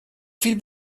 viel